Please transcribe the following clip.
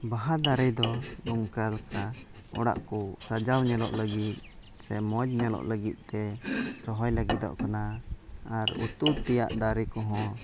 ᱵᱟᱦᱟ ᱫᱟᱨᱮ ᱫᱚ ᱱᱚᱝᱠᱟ ᱞᱮᱠᱟ ᱚᱲᱟᱜ ᱠᱚ ᱥᱟᱡᱟᱣ ᱧᱮᱞᱚᱜ ᱞᱟᱹᱜᱤᱫ ᱥᱮ ᱢᱚᱡᱽ ᱧᱮᱞᱚᱜ ᱞᱟᱹᱜᱤᱫᱛᱮ ᱨᱚᱦᱚᱭ ᱞᱟᱹᱜᱤᱫᱚᱜ ᱠᱟᱱᱟ ᱟᱨ ᱩᱛᱩ ᱛᱮᱭᱟᱜ ᱫᱟᱨᱮ ᱠᱚ ᱦᱚᱸ